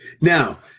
Now